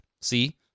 See